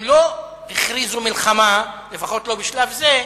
הם לא הכריזו מלחמה, לפחות לא בשלב זה,